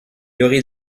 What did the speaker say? aurait